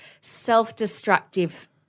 self-destructive